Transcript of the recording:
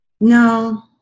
No